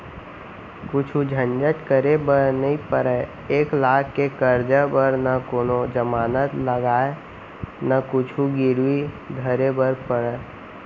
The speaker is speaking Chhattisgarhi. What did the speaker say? कुछु झंझट करे बर नइ परय, एक लाख के करजा बर न कोनों जमानत लागय न कुछु गिरवी धरे बर परय